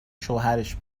شوهرش